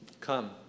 Come